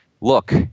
Look